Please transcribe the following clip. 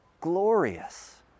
glorious